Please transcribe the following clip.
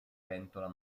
pentola